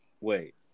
wait